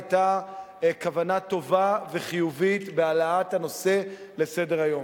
היתה כוונה טובה וחיובית בהעלאת הנושא לסדר-היום.